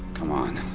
come on.